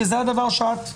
כי זה הדבר שאת קידמת.